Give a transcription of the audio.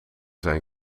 zijn